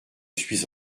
suis